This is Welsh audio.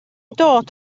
dod